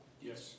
Yes